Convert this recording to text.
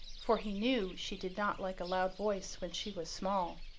for he knew she did not like a loud voice when she was small.